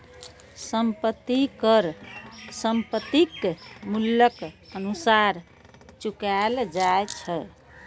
संपत्ति कर संपत्तिक मूल्यक अनुसार चुकाएल जाए छै